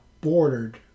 bordered